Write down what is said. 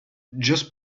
just